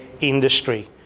industry